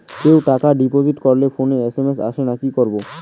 কেউ টাকা ডিপোজিট করলে ফোনে মেসেজ আসেনা কি করবো?